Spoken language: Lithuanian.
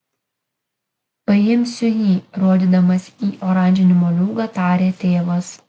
paimsiu jį rodydamas į oranžinį moliūgą tarė tėvas